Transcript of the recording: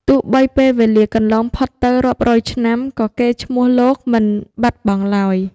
ទោះបីពេលវេលាកន្លងផុតទៅរាប់រយឆ្នាំ ក៏កេរ្តិ៍ឈ្មោះលោកមិនបាត់បង់ឡើយ។